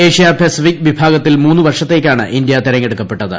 Asia Pacific വിഭാഗത്തിൽ മൂന്ന് വർഷത്തേക്കാണ് ഇന്ത്യ തെരഞ്ഞെടുക്കപ്പെട്ടത്